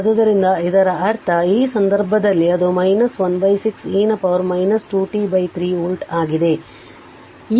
ಆದ್ದರಿಂದ ಇದರರ್ಥ ಈ ಸಂದರ್ಭದಲ್ಲಿ ಅದು 1 6 e ನ ಪವರ್ 2 t 3 ವೋಲ್ಟ್ ಆಗಿದೆ